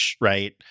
right